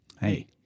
hey